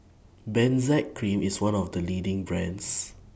Benzac Cream IS one of The leading brands